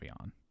on